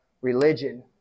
religion